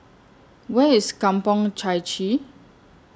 Where IS Kampong Chai Chee